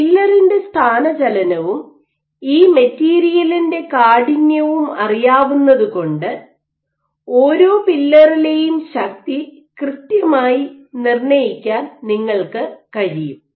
പില്ലറിന്റെ സ്ഥാനചലനവും ഈ മെറ്റീരിയലിന്റെ കാഠിന്യവും അറിയാവുന്നതുകൊണ്ട് ഓരോ പില്ലറിലെയും ശക്തി കൃത്യമായി നിർണ്ണയിക്കാൻ നിങ്ങൾക്ക് കഴിയും